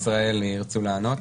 בנק ישראל ירצו לענות?